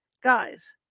Guys